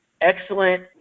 excellent